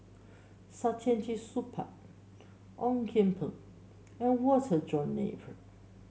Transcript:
Saktiandi Supaat Ong Kian Peng and Walter John Napier